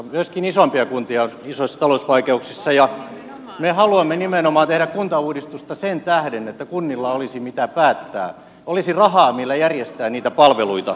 myöskin isompia kuntia on isoissa talousvaikeuksissa ja me haluamme nimenomaan tehdä kuntauudistusta sen tähden että kunnilla olisi mitä päättää olisi rahaa millä järjestää niitä palveluita